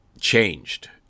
changed